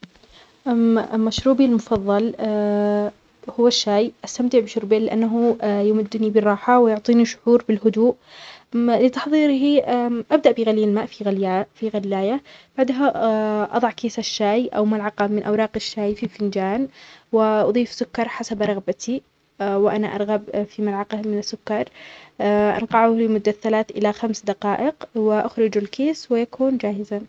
أ مشروبى المفظل هو الشاى، أستمتع بشربه لأنه يمدني بالراحة ويعطينى شعور بالهدوء، لتحظيره أبدأ بغلى الماء في غليا-في غلاية بعدها أظع كيس الشاي أو معلقة من أوراق الشاي في فنجان وأضيف سكر حسب رغبتى وأنا أرغب في ملعقة من السكر أنقعه لمدة ثلاث إلى خمس دقائق وأخرج الكيس ويكون جاهزاً.